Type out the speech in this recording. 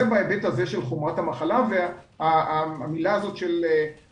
זה בהיבט של חומרת המחלה והמילה "קל".